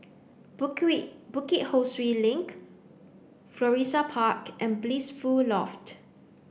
Bukit Bukit Ho Swee Link Florissa Park and Blissful Loft